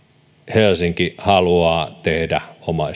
helsinki haluaa tehdä omaisuudellaan